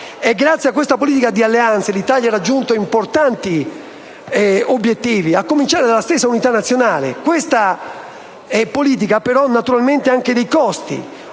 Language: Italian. Grazie a questa politica di alleanze, l'Italia ha raggiunto importanti obiettivi, a cominciare dalla stessa unità nazionale. Questa politica ha naturalmente anche dei costi.